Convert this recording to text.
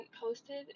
posted